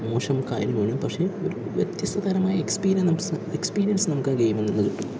മോശം കാര്യമാണ് പക്ഷെ ഒരു വ്യത്യസ്തതരമായ എക്സ്പീരിയൻസ് നമുക്ക് ആ ഗെയിമിൽ നിന്ന് കിട്ടും